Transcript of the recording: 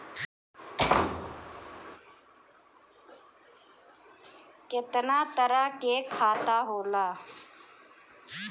केतना तरह के खाता होला?